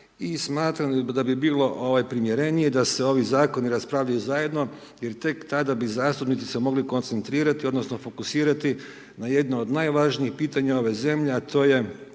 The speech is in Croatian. i smatram da bi bilo primjerenije da se ovi Zakoni raspravljaju zajedno jer tek tada bi zastupnici se mogli koncentrirati, odnosno fokusirati na jedno od najvažnijih pitanja ove zemlje, a to je